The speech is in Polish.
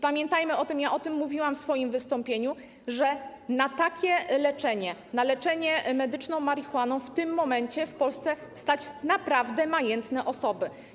Pamiętajmy o tym - mówiłam o tym w swoim wystąpieniu - że na takie leczenie, na leczenie medyczną marihuaną w tym momencie w Polsce stać naprawdę majętne osoby.